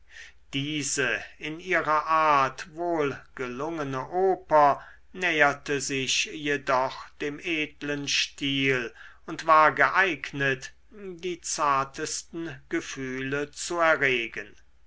diese in ihrer art wohlgelungene oper näherte sich jedoch dem edlen stil und war geeignet die zartesten gefühle zu erregen